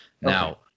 Now